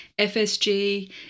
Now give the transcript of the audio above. FSG